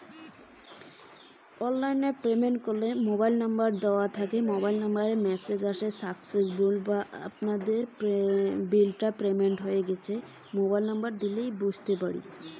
কোনো bill payment করার পর পেমেন্ট হইল কি নাই কেমন করি বুঝবো?